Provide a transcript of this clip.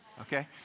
Okay